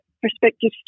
prospective